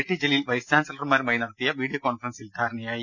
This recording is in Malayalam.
ടി ജലീൽ വൈസ് ചാൻസലർമാരുമായി നടത്തിയ വീഡിയോ കോൺഫറൻസിൽ ധാരണയായി